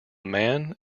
man